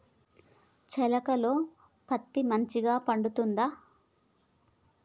చేలుక లో పత్తి మంచిగా పండుద్దా?